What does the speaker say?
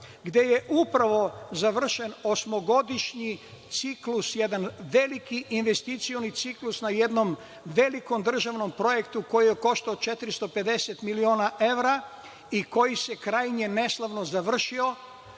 gde je upravo završen osmogodišnji ciklus, jedan veliki investicioni ciklus na jednom velikom državnom projektu koji je koštao 450 miliona evra i koji se krajnje neslavno završio